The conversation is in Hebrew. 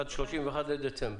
עד ל-31 לדצמבר.